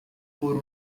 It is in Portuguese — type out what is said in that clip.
por